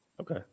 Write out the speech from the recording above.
Okay